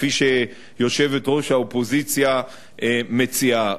כפי שיושבת-ראש האופוזיציה מציעה.